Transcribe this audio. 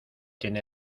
tiene